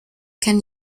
can